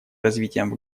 развитием